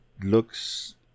looks